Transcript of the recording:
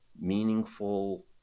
meaningful